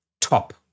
top